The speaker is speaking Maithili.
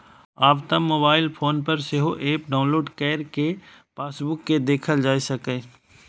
आब तं मोबाइल फोन पर सेहो एप डाउलोड कैर कें पासबुक कें देखल जा सकैए